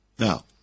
Now